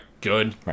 good